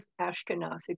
Ashkenazi